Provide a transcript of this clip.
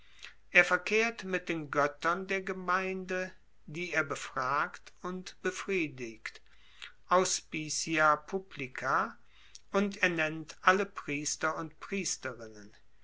er verkehrt mit den goettern der gemeinde die er befragt und befriedigt auspicia publica und ernennt alle priester und priesterinnen